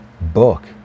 book